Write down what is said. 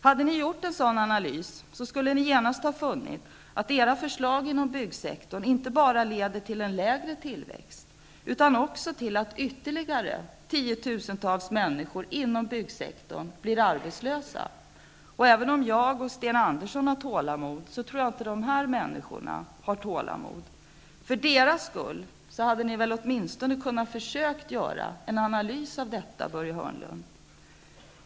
Hade ni gjort en sådan analys, så skulle ni genast ha funnit att era förslag inom byggsektorn inte bara leder till lägre tillväxt utan också till att ytterligare tiotusentals människor inom byggsektorn blir arbetslösa. Och även om jag och Sten Andersson i Malmö har tålamod, så tror jag inte att de här människorna har tålamod. För deras skull hade ni väl åtminstone kunnat försöka göra en analys av detta, Börje Hörnlund.